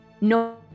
No